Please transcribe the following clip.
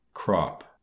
Crop